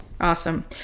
Awesome